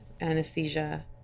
anesthesia